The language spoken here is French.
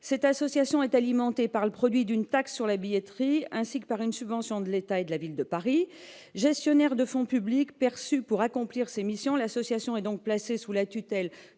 Culture ». L'ASTP est alimentée par le produit d'une taxe sur la billetterie, ainsi que par une subvention de l'État et de la Ville de Paris. L'association, gestionnaire de fonds publics perçus pour accomplir ses missions, est donc placée sous la tutelle